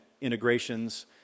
integrations